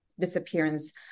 disappearance